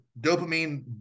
dopamine